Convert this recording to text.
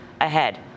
ahead